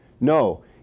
No